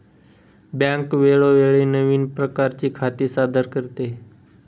bank वेळोवेळी नवीन प्रकारची खाती सादर करते